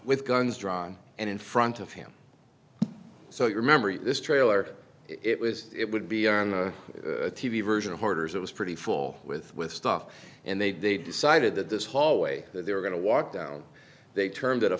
with guns drawn and in front of him so your memory this trailer it was it would be on the t v version of hoarders it was pretty full with with stuff and they'd they decided that this hallway that they were going to walk down they termed